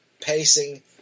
pacing